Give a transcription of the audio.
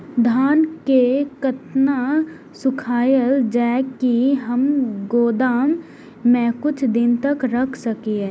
धान के केतना सुखायल जाय की हम गोदाम में कुछ दिन तक रख सकिए?